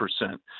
percent